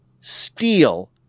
Steal